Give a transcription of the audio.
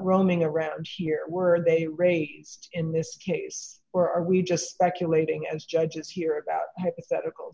roaming around here were they raise in this case or are we just speculating as judges hear about hypothetical